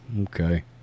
Okay